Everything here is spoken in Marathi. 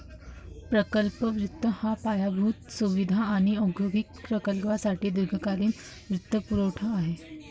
प्रकल्प वित्त हा पायाभूत सुविधा आणि औद्योगिक प्रकल्पांसाठी दीर्घकालीन वित्तपुरवठा आहे